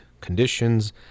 conditions